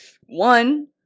One